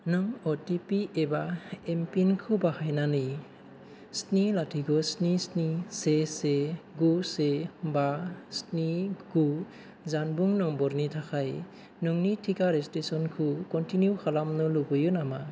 नों O T P एबा M PIN खौ बाहायनानै स्नि लाथिख' स्नि स्नि से से गु से बा स्नि गु जानबुं नम्बरनि थाखाय नोंनि टिका रेजिसट्रेसनखौ कनटिनिउ खालामनो लुबैयो नामा